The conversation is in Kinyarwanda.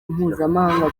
mpuzamahanga